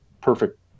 perfect